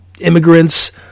immigrants